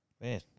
Man